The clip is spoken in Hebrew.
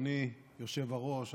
אדוני היושב-ראש,